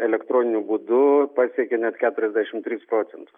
elektroniniu būdu pasiekė net keturiasdešim tris procentus